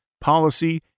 policy